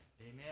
Amen